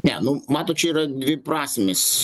ne nu matot čia yra dviprasmis